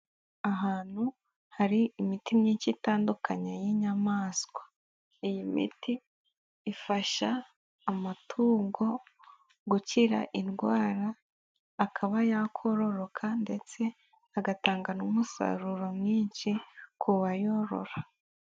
Ahantu hari imiti myinshi itandukanye y'inyamanswa, iyi miti ifasha amatungo gukira indwara akaba yakororoka ndetse agatanga n'umusaruro mwinshi kubayorora.